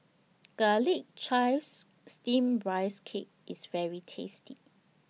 Garlic Chives Steamed Rice Cake IS very tasty